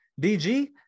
DG